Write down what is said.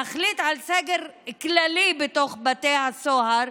להחליט על סגר כללי בתוך בתי הסוהר,